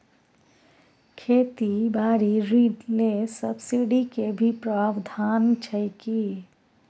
खेती बारी ऋण ले सब्सिडी के भी प्रावधान छै कि?